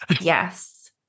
Yes